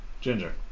Ginger